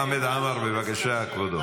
חמד עמאר, בבקשה, כבודו.